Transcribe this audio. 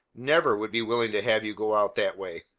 never would be willing to have you go out that way.